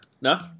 No